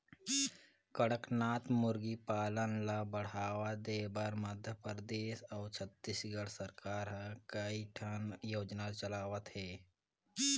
कड़कनाथ मुरगी पालन ल बढ़ावा देबर मध्य परदेस अउ छत्तीसगढ़ सरकार ह कइठन योजना चलावत हे